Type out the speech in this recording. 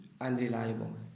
unreliable